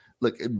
look